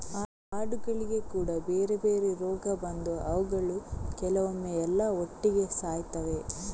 ಆಡುಗಳಿಗೆ ಕೂಡಾ ಬೇರೆ ಬೇರೆ ರೋಗ ಬಂದು ಅವುಗಳು ಕೆಲವೊಮ್ಮೆ ಎಲ್ಲಾ ಒಟ್ಟಿಗೆ ಸಾಯ್ತವೆ